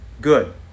good